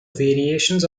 variations